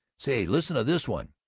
say, listen to this one